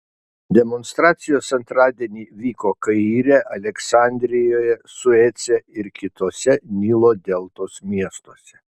demonstracijos antradienį vyko kaire aleksandrijoje suece ir kituose nilo deltos miestuose